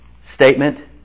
statement